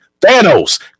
Thanos